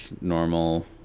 normal